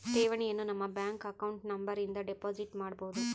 ಠೇವಣಿಯನು ನಮ್ಮ bank account number ಇಂದ ಡೆಪೋಸಿಟ್ ಮಾಡ್ಬೊದು